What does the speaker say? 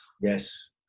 Yes